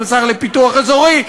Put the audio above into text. גם השר לפיתוח אזורי,